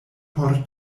por